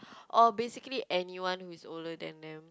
or basically anyone who is older than them